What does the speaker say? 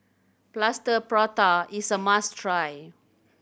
Plaster Prata is a must try